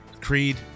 Creed